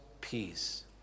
peace